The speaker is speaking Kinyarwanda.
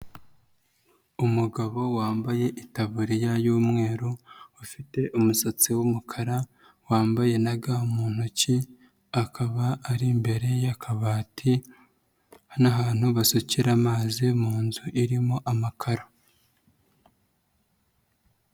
Umugabo wambaye itaburiya y'umweru ufite umusatsi w'umukara wambaye na ga mu ntoki akaba ari imbere yakabati, n'ahantu basukira amazi mu nzu irimo amakaro.